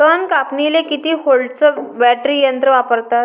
तन कापनीले किती व्होल्टचं बॅटरी यंत्र वापरतात?